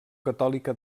catòlica